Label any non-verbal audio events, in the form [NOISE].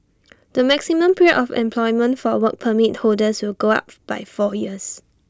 [NOISE] the maximum period of employment for Work Permit holders will go up [NOISE] by four years